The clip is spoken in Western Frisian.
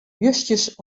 justjes